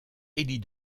élie